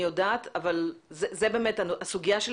אני יודעת, אבל באמת הסוגיה של